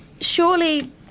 surely